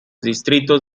distritos